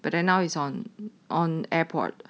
but then now is on on airpod